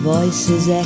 Voices